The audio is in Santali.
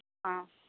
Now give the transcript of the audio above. ᱦᱚᱸ